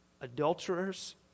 adulterers